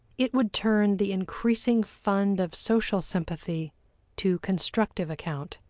it would turn the increasing fund of social sympathy to constructive account,